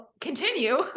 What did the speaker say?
continue